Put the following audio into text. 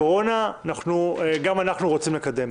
קורונה שגם אנחנו רוצים לקדם.